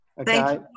Okay